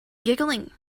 giggling